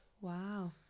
Wow